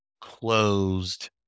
closed